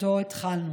שאותו התחלנו.